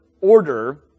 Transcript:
order